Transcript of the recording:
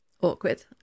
awkward